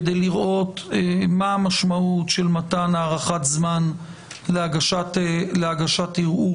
כדי לראות מה המשמעות של מתן הארכת זמן להגשת ערעורים,